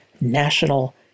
national